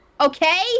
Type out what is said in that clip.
Okay